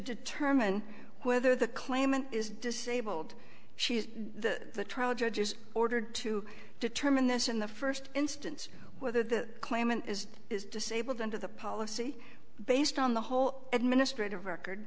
determine whether the claimant is disabled she is the trial judge is ordered to determine this in the first instance whether the claimant is disabled under the policy based on the whole administrative record